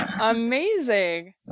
Amazing